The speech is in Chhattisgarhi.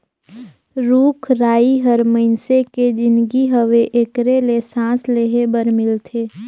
रुख राई हर मइनसे के जीनगी हवे एखरे ले सांस लेहे बर मिलथे